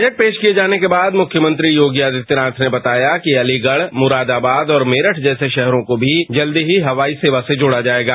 budget पेश किए जाने के बाद मुख्यमंत्री योगी आदित्यनाथ ने बताया कि अलीगढ़ मुरादाबाद मेरठ जैसे शहरों को भी जल्दी ही हवाई सेवा से जोड़ा जाएगा